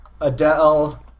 Adele